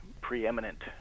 preeminent